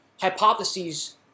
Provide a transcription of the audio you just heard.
hypotheses